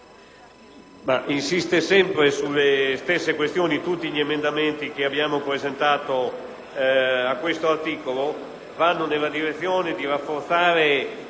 insiste sempre sulle stesse questioni. In effetti, tutti gli emendamenti che abbiamo presentato a questo articolo vanno nella direzione di rafforzare